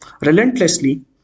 Relentlessly